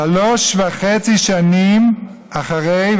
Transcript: שלוש וחצי שנים אחרי,